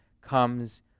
comes